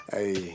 Hey